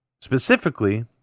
specifically